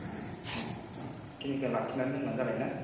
ओ इखिनिखो लाखिना दोनब्लानो जाबाय ना